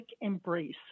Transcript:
Embrace